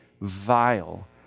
vile